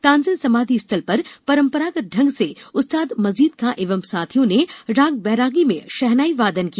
तानसेन समाधि स्थल पर परंपरागत ढंग से उस्ताद मजीद खाँ एवं साथियों ने राग बैरागी में शहनाई वादन किया